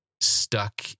stuck